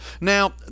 Now